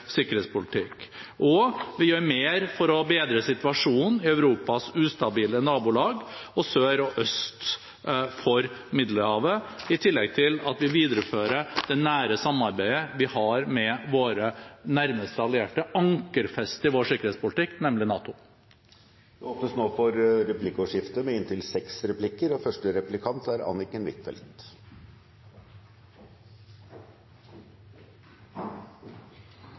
sikkerhetspolitikk. Og vi gjør mer for å bedre situasjonen i Europas ustabile nabolag sør og øst for Middelhavet. I tillegg viderefører vi det nære samarbeidet vi har med våre nærmeste allierte, ankerfestet i vår sikkerhetspolitikk, nemlig NATO. Det blir replikkordskifte. På noen områder i denne meldinga varsles det en del store endringer. Det gjelder bl.a. dobling av bistanden til Vest-Balkan. Det er